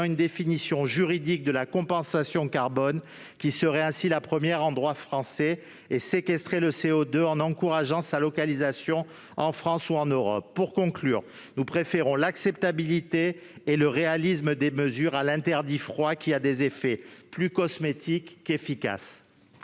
une définition juridique de la compensation carbone, qui serait ainsi la première en droit français, et nous proposons de séquestrer le CO2 en encourageant sa localisation en France ou en Europe. Pour conclure, nous préférons l'acceptabilité et le réalisme des mesures à l'interdit froid, qui a des effets plus cosmétiques qu'efficaces.